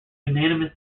unanimous